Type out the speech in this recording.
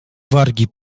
wargi